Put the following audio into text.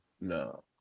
No